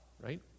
right